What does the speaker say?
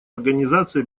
организация